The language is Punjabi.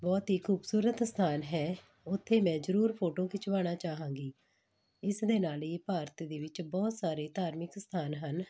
ਬਹੁਤ ਹੀ ਖੂਬਸੂਰਤ ਸਥਾਨ ਹੈ ਉੱਥੇ ਮੈਂ ਜ਼ਰੂਰ ਫੋਟੋ ਖਿਚਵਾਉਣਾ ਚਾਹਾਂਗੀ ਇਸ ਦੇ ਨਾਲ ਹੀ ਭਾਰਤ ਦੇ ਵਿੱਚ ਬਹੁਤ ਸਾਰੇ ਧਾਰਮਿਕ ਸਥਾਨ ਹਨ